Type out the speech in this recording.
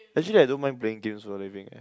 actually I don't mind playing games for a living eh